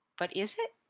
but is it?